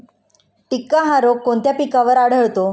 टिक्का हा रोग कोणत्या पिकावर आढळतो?